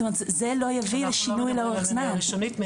זה לא יביא לשינוי לאורך זמן.